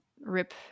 Rip